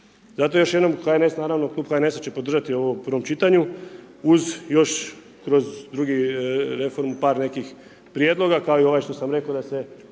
Zato još jednom HNS naravno klub HNS će naravno podržati ovo u prvom čitanju uz još kroz drugi reformu par nekih prijedloga kao i ovaj što sam rekao da se